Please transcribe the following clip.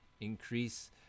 increase